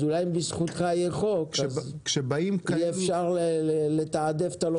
אז אולי בזכותך יהיה חוק שיהיה אפשר לתעדף את הלוחמים.